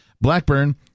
Blackburn